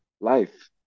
life